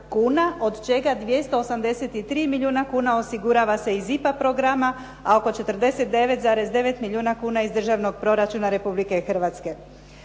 od čega 283 milijuna kuna osigurava se iz IPA programa, a oko 49,9 milijuna kuna iz Državnog proračuna Republike Hrvatske.